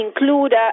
include